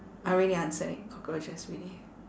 I already answered it cockroaches really